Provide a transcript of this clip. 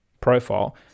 profile